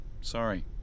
Sorry